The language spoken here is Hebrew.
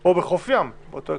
או בחוף ים, באותו הקשר.